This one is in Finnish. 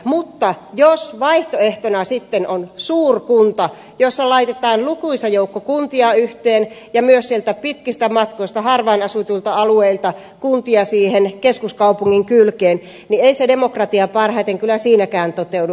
mutta jos vaihtoehtona sitten on suurkunta jossa laitetaan lukuisa joukko kuntia yhteen ja myös sieltä pitkistä matkoista harvaan asutuilta alueilta kuntia siihen keskuskaupungin kylkeen niin ei se demokratia parhaiten kyllä siinäkään toteudu